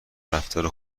رفتار